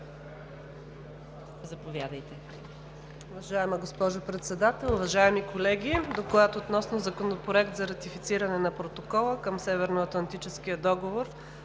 Заповядайте.